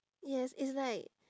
yes it's like